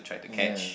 yes